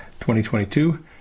2022